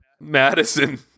madison